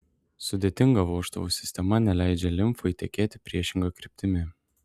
sudėtinga vožtuvų sistema neleidžia limfai tekėti priešinga kryptimi